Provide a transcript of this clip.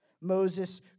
Moses